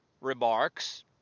remarks